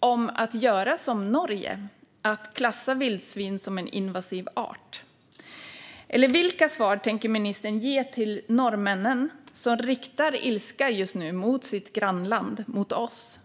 om att göra som Norge och klassa vildsvin som en invasiv art? Eller vilka svar tänker ministern ge till norrmännen, som just nu riktar ilska mot sitt grannland, mot oss?